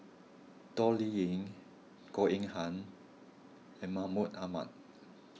Toh Liying Goh Eng Han and Mahmud Ahmad